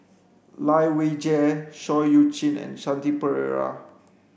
Lai Weijie Seah Eu Chin and Shanti Pereira